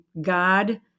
God